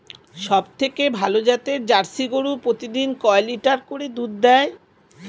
সবথেকে ভালো জাতের জার্সি গরু প্রতিদিন কয় লিটার করে দুধ দেয়?